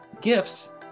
gifts